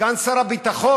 סגן שר הביטחון,